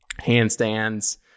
handstands